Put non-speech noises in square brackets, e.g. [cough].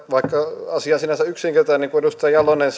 vaikka asia on sinänsä yksinkertainen niin kuin edustaja jalonen [unintelligible]